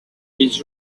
his